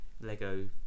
Lego